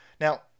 Now